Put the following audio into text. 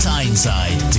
Tyneside